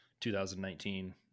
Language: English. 2019